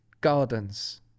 gardens